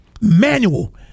manual